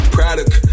Product